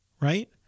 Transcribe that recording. right